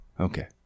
Okay